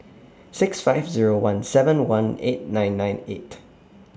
six five Zero one seven one eight nine nine eight